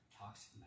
toxic